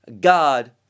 god